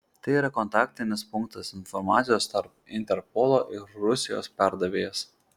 tai yra kontaktinis punktas informacijos tarp interpolo ir rusijos perdavėjas